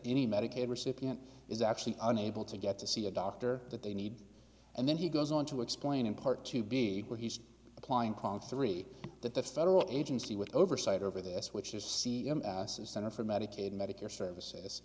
any medicaid recipient is actually unable to get to see a doctor that they need and then he goes on to explain in part to be what he's applying called three that the federal agency with oversight over this which is the center for medicaid medicare services